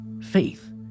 faith